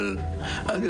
אגב,